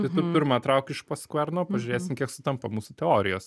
tai tu pirma trauk iš po skverno pažiūrėsim kiek sutampa mūsų teorijos